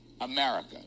America